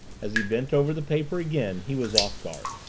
as he bent over the paper again, he was off guard.